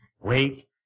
wait